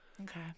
Okay